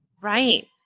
Right